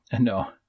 No